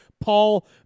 Paul